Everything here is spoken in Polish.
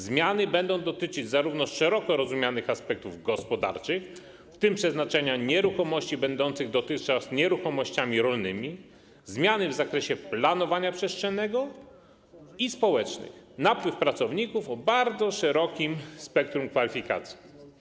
Zmiany będą dotyczyć zarówno szeroko rozumianych aspektów gospodarczych, w tym przeznaczenia nieruchomości będących dotychczas nieruchomościami rolnymi, zmiany w zakresie planowania przestrzennego, i społecznych, napływ pracowników o bardzo szerokim spektrum kwalifikacji.